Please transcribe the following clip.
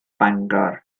bangor